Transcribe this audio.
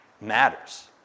matters